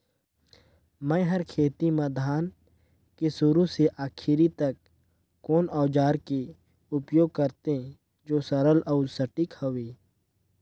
मै हर खेती म धान के शुरू से आखिरी तक कोन औजार के उपयोग करते जो सरल अउ सटीक हवे?